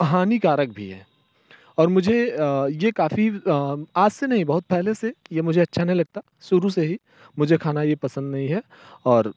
हानिकारक भी है और मुझे ये काफ़ी आज से नहीं बहुत पहले से ये मुझे अच्छा नहीं लगता शुरू से ही मुझे खाना ये पसंद नहीं है और